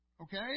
Okay